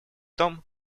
том